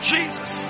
Jesus